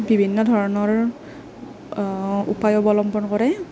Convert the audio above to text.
বিভিন্ন ধৰণৰ উপায় অৱলম্বন কৰে